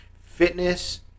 fitness